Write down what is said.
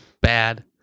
bad